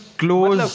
close